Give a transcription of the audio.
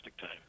time